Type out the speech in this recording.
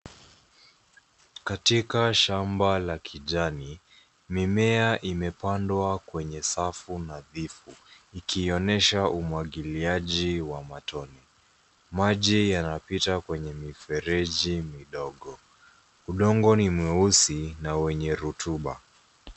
Katika shamba la kijani, mimea imepandwa kwenye safu nadhifu ikionyesha umwagiliaji wa matone. Maji yanapita kwenye mifereji midogo. Udongo ni mweusi na wenye rutuba.